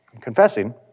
confessing